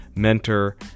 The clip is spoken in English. mentor